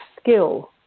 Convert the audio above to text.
skill